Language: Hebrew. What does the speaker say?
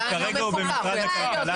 כרגע הוא במשרד הכלכלה.